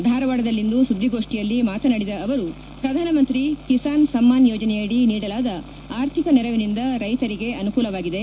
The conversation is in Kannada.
ಧಾರವಾಡದಲ್ಲಿಂದು ಸುದ್ವಿಗೋಷ್ಠಿಯಲ್ಲಿ ಮಾತನಾಡಿದ ಅವರು ಪ್ರಧಾನಮಮಂತ್ರಿ ಕಿಸಾನ್ ಸಮ್ಮಾನ್ ಯೋಜನೆಯಡಿ ನೀಡಲಾದ ಆರ್ಥಿಕ ನೆರವಿನಿಂದ ರೈತರಿಗೆ ಅನುಕೂಲವಾಗಿದೆ